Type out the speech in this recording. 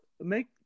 make